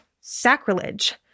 sacrilege